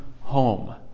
home